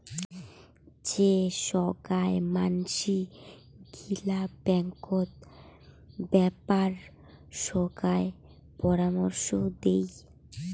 যে সোগায় মানসি গিলা ব্যাঙ্কত বেপার সোগায় পরামর্শ দেই